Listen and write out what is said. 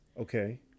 Okay